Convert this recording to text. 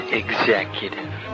executive